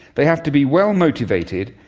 they have to be well motivated,